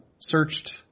searched